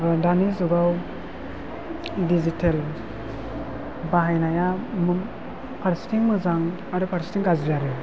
दानि जुगाव दिजितेल बाहायनाया फारसेथिं मोजां आरो फारसेथिं गाज्रि आरो